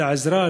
את העזרה,